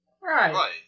right